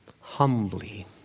humbly